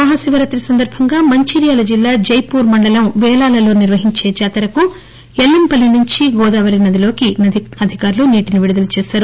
మహాశివరాతి సందర్భంగా మంచిర్యాల జిల్లా జైపూర్ మండలం వేలాలలో నిర్వహించే జాతరకు ఎల్లంపల్లి నుంచి గోదావరి నదిలోకి అధికారులు నీటిని విడుదల చేశారు